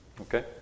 Okay